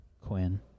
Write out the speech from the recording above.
Quinn